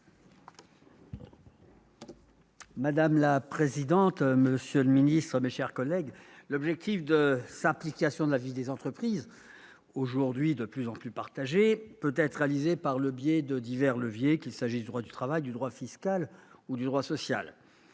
Madame la présidente, monsieur le ministre, mes chers collègues, l'objectif de simplification de la vie des entreprises, aujourd'hui de plus en plus partagé, peut être atteint par le biais de divers leviers, qu'il s'agisse du droit du travail, du droit fiscal ou du droit social.